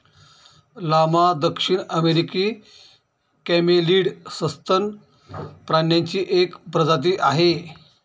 llama दक्षिण अमेरिकी camelid सस्तन प्राण्यांची एक प्रजाती आहे